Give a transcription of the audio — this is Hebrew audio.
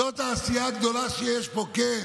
זו העשייה הגדולה שיש פה, כן.